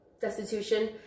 destitution